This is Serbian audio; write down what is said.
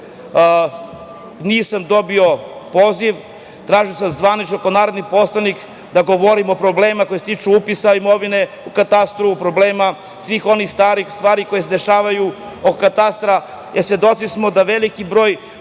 Nisam dobio poziv. Tražio sam zvanično kao narodni poslanik da govorim o problemima koje se tiču upisa imovine u katastar, o problemima svih onih starih stvari koje se dešavaju oko katastra. Svedoci smo da veliki broj